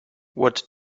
what